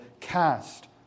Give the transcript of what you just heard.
cast